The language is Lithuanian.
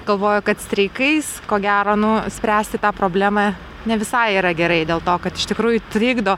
galvoja kad streikais ko gero nu spręsti tą problemą ne visai yra gerai dėl to kad iš tikrųjų trikdo